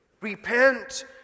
repent